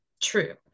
true